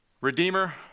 Redeemer